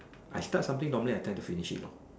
I start something normally I tend to finish it lor